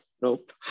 Nope